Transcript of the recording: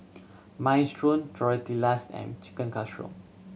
Minestrone Tortillas and Chicken Casserole